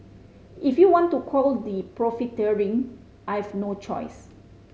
if you want to call the profiteering I've no choice